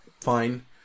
fine